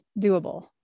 doable